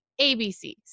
ABC